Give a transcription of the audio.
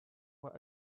were